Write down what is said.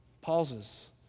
pauses